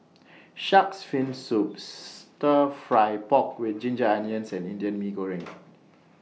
Shark's Fin Soup Stir Fry Pork with Ginger Onions and Indian Mee Goreng